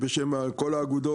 בשם כל האגודות,